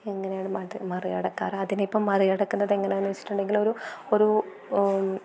എങ്ങനെയാണ് അത് മറികടക്കാറ് അതിനിപ്പം മറികടക്കുന്നത് എങ്ങനെയാണെന്ന് വെച്ചിട്ടുണ്ടെങ്കിൽ ഒരു ഒരു